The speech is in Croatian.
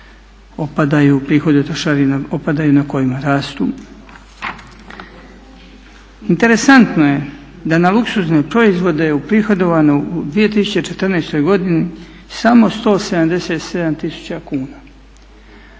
opadaju, na kojima rastu. Interesantno je da na luksuzne proizvode je uprihodovano u 2014. godini samo 177 tisuća kuna.